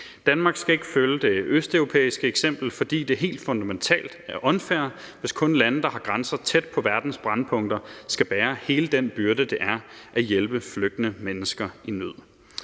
Danmark skal ikke følge det østeuropæiske eksempel, fordi det helt fundamentalt er unfair, hvis kun lande, der har grænser tæt på verdens brændpunkter, skal bære hele den byrde, det er at hjælpe flygtende mennesker i nød.